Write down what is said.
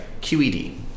QED